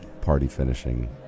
party-finishing